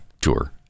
tour